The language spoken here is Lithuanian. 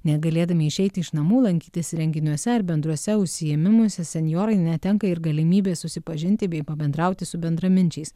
negalėdami išeiti iš namų lankytis renginiuose ar bendruose užsiėmimuose senjorai netenka ir galimybės susipažinti bei pabendrauti su bendraminčiais